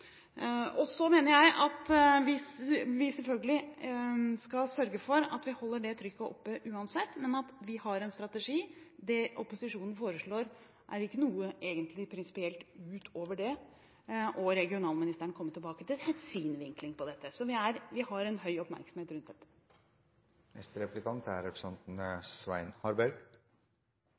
mener at vi selvfølgelig skal sørge for at vi holder det trykket oppe uansett, men at vi har en strategi. Det opposisjonen foreslår, er egentlig ikke noe prinsipielt ut over det. Regionalministeren kommer tilbake til sin vinkling på dette, så vi har en høy oppmerksomhet rundt dette. Jeg synes på mange måter det blir en litt underlig debatt nå. Det sies at det er